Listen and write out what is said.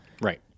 right